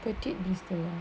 pertite bristol